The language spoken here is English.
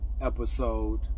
episode